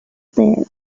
there